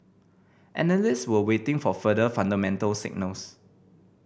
analysts were waiting for further fundamental signals